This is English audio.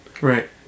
Right